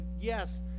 yes